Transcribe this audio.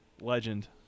legend